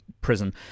prison